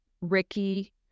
ricky